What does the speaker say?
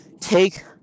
take